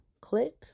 Click